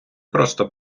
просто